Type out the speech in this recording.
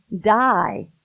die